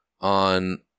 on